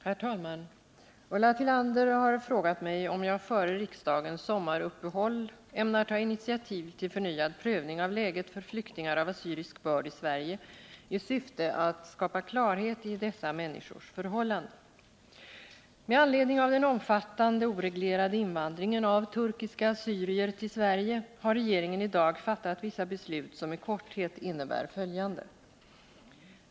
Herr talman! Ulla Tillander har frågat mig om jag före riksdagens sommaruppehåll ämnar ta initiativ till förnyad prövning av läget för flyktingar av assyrisk börd i Sverige i syfte att skapa klarhet i dessa människors förhållanden. Med anledning av den omfattande oreglerade invandringen av turkiska assyrier till Sverige har regeringen i dag fattat vissa beslut som i korthet innebär följande.